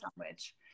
sandwich